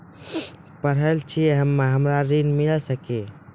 पढल छी हम्मे हमरा ऋण मिल सकई?